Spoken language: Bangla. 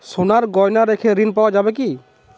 সোনার গহনা রেখে ঋণ পাওয়া যাবে কি?